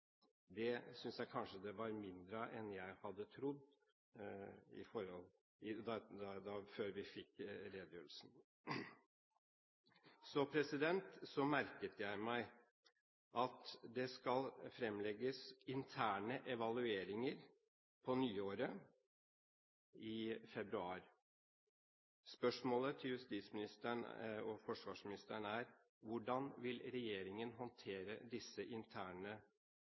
Det synes jeg kanskje det var mindre av enn jeg hadde trodd før vi fikk redegjørelsen. Så merket jeg meg at det skal fremlegges interne evalueringer på nyåret, i februar. Spørsmålet til justisministeren og forsvarsministeren er: Hvordan vil regjeringen håndtere disse